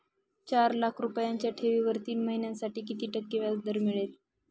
चार लाख रुपयांच्या ठेवीवर तीन महिन्यांसाठी किती टक्के व्याजदर मिळेल?